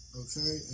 okay